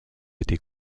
été